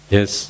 Yes